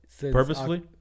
Purposely